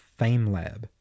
FameLab